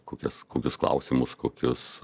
kokias kokius klausimus kokius